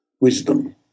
wisdom